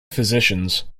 physicians